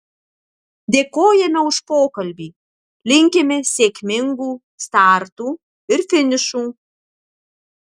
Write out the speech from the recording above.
dėkojame už pokalbį linkime sėkmingų startų ir finišų